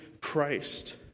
Christ